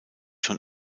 john